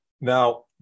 Now